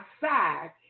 side